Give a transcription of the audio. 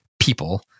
people